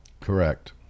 Correct